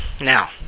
Now